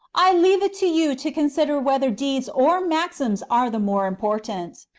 i leave it to you to consider whether deeds or maxims are the more important.